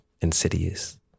Insidious